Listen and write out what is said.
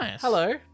Hello